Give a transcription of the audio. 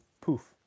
poof